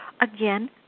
Again